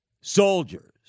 soldiers